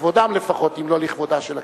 לכבודם לפחות, אם לא לכבודה של הכנסת.